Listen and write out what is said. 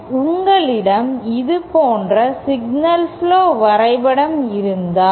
உங்களிடம் இது போன்ற சிக்னல் புளோ வரைபடம் இருந்தால்